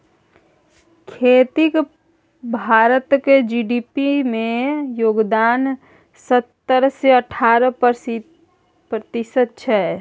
खेतीक भारतक जी.डी.पी मे योगदान सतरह सँ अठारह प्रतिशत छै